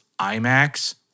IMAX